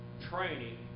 training